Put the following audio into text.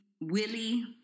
Willie